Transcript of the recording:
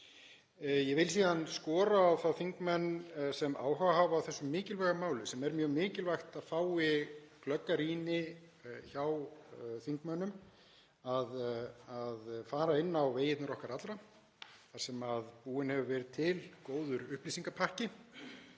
Ég vil síðan skora á þá þingmenn sem áhuga hafa á þessu mikilvæga máli, sem er mjög mikilvægt að fái glögga rýni hjá þingmönnum, að fara inn á Vegina okkar allra þar sem búinn hefur verið til góður upplýsingapakki,